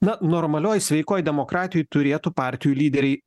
na normalioj sveikoj demokratijoj turėtų partijų lyderiai